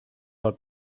del